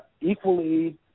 equally